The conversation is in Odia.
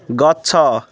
ଗଛ